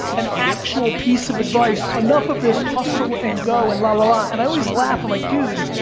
an actual piece of advice, enough of this hustle and go, and la la la, and i always laugh, i'm like, dude,